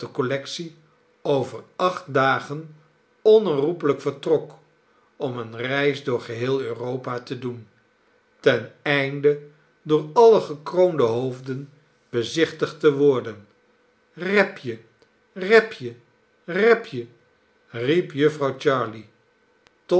collectie over acht dagen onherroepelijk vertrok om eene reis door geheel europa te doen ten einde door alle gekroonde hoofden bezichtigd te worden repje repje repje riep jufvrouw